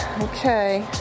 okay